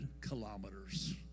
kilometers